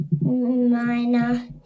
Minor